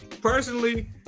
Personally